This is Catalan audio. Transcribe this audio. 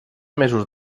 mesos